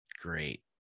Great